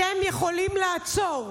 אתם יכולים לעצור.